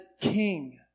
king